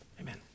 Amen